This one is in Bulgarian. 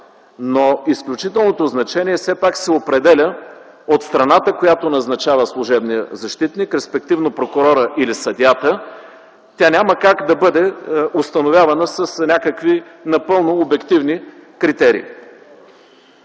но изключителното значение все пак се определя от страната, която назначава служебния защитник, респективно прокурора или съдията, тя няма как да бъде установявана с някакви напълно обективни критерии.